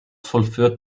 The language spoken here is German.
vollführt